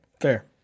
fair